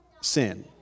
sin